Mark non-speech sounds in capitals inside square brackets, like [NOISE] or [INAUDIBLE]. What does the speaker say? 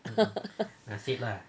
[LAUGHS]